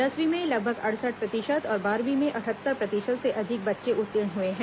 दसवीं में लगभग अड़सठ प्रतिशत और बारहवीं में अटहत्तर प्रतिशत से अधिक बच्चे उत्तीर्ण हुए हैं